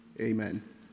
Amen